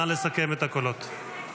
נא לסכם את הקולות.